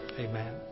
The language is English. amen